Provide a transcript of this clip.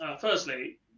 Firstly